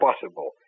possible